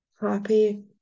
happy